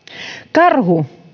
karhu